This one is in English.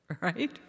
right